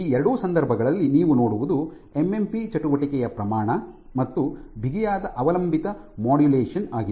ಈ ಎರಡೂ ಸಂದರ್ಭಗಳಲ್ಲಿ ನೀವು ನೋಡುವುದು ಎಮ್ಎಂಪಿ ಚಟುವಟಿಕೆಯ ಪ್ರಮಾಣ ಮತ್ತು ಬಿಗಿಯಾದ ಅವಲಂಬಿತ ಮಾಡ್ಯುಲೇಷನ್ ಆಗಿದೆ